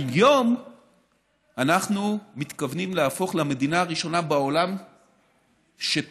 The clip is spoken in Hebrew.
היום אנחנו מתכוונים להפוך למדינה הראשונה בעולם שתגדיר